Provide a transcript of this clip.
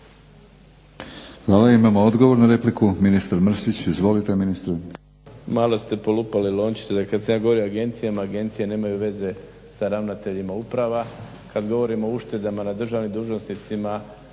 Hvala. Imamo odgovor na repliku, ministar Mrsić. Izvolite ministre.